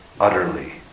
utterly